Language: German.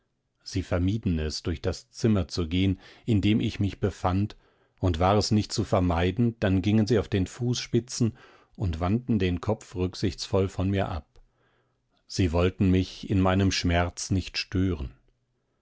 sie vermieden es durch das zimmer zu gehen in dem ich mich befand und war es nicht zu vermeiden dann gingen sie auf den fußspitzen und wandten den kopf rücksichtsvoll von mir ab sie wollten mich in meinem schmerz nicht stören